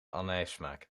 anijssmaak